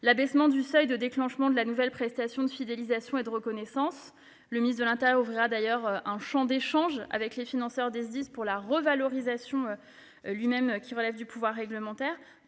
l'abaissement du seuil de déclenchement de la nouvelle prestation de fidélisation et de reconnaissance (NPFR). Le ministre de l'intérieur ouvrira d'ailleurs un champ d'échanges avec les financeurs des SDIS pour la revalorisation du montant de la NPFR, qui relève du pouvoir réglementaire.